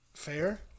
fair